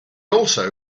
also